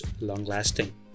long-lasting